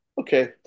Okay